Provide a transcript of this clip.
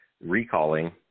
recalling